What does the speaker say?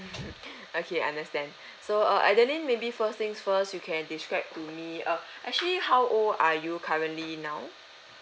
okay understand so uh adeline maybe first things first you can describe to me uh actually how old are you currently now